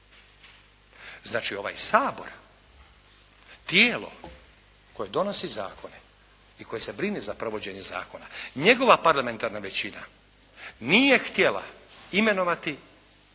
Znači, ovaj Sabor, tijelo koje donosi zakone i koji se brine za provođenje zakona njegova parlamentarna većina nije htjela imenovati po